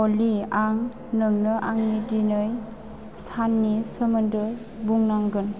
अलि आं नोंनो आंनि दिनै साननि सोमोन्दै बुंनांगोन